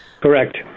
Correct